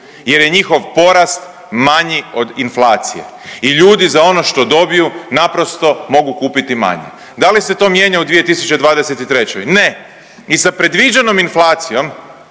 Jer je njihov porast manji od inflacije. I ljudi za ono što dobiju naprosto mogu kupiti manje. Da li se to mijenja u 2023.? Ne i sa predviđenom inflacijom